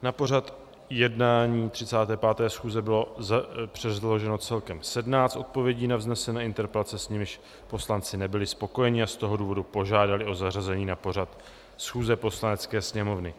Na pořad jednání 35. schůze bylo předloženo celkem 17 odpovědí na vznesené interpelace, s nimiž poslanci nebyli spokojeni, a z toho důvodu požádali o zařazení na pořad schůze Poslanecké sněmovny.